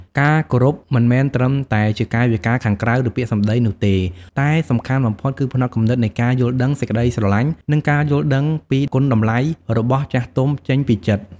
ការគោរពមិនមែនត្រឹមតែជាកាយវិការខាងក្រៅ ឬពាក្យសម្ដីនោះទេ តែសំខាន់បំផុតគឺផ្នត់គំនិតនៃការដឹងគុណ សេចក្តីស្រឡាញ់ និងការយល់ដឹងពីគុណតម្លៃរបស់ចាស់ទុំចេញពីចិត្ត។